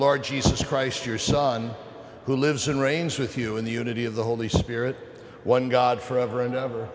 lord jesus christ your son who lives and reigns with you in the unity of the holy spirit one god forever and ever